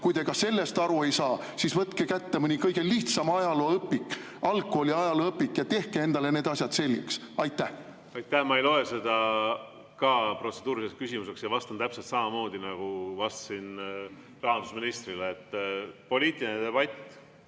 Kui te ka sellest aru ei saa, siis võtke kätte mõni kõige lihtsam ajalooõpik, algkooli ajalooõpik, ja tehke endale asjad selgeks. Aitäh! Ma ei loe ka seda protseduuriliseks küsimuseks ja vastan täpselt samamoodi, nagu vastasin rahandusministrile, et sellises